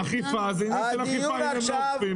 הדיון הוא על אכיפה.